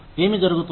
ఏమి జరుగుతుంది